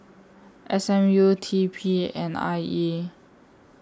S M U T P and I E